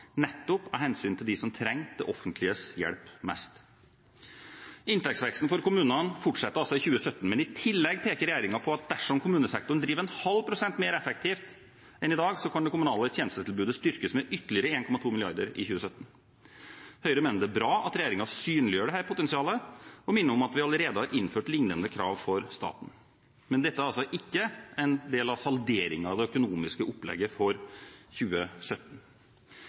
nettopp av hensyn til dem som trenger det offentliges hjelp mest. Inntektsveksten for kommunene fortsetter altså i 2017, men i tillegg peker regjeringen på at dersom kommunesektoren driver en halv prosent mer effektivt enn i dag, kan det kommunale tjenestetilbudet styrkes med ytterligere 1,2 mrd. kr i 2017. Høyre mener det er bra at regjeringen synliggjør dette potensialet, og minner om at vi allerede har innført lignende krav for staten. Men dette er altså ikke en del av salderingen av det økonomiske opplegget for 2017.